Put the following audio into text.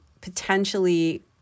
potentially